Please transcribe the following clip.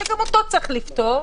וגם אותו צריך לפתור,